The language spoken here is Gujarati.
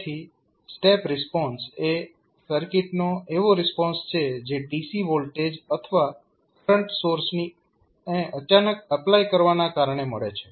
તેથી સ્ટેપ રિસ્પોન્સ એ સર્કિટનો એવો રિસ્પોન્સ છે જે DC વોલ્ટેજ અથવા કરંટ સોર્સની અચાનક એપ્લાય કરવાના કારણે મળે છે